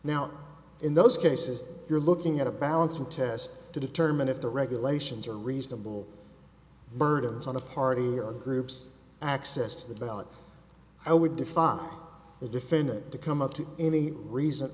now in those cases you're looking at a balancing test to determine if the regulations are reasonable burdens on a party or groups access to the ballot i would define the defendant to come up to any reason